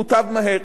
מוטב מהר.